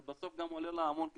זה בסוף גם עולה לה המון כסף.